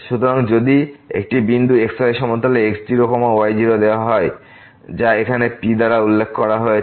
সুতরাং যদি একটি বিন্দু xy সমতলে x0 y0 দেওয়া হয় যা এখানে P দ্বারা উল্লেখ করা হয়েছে